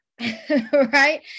right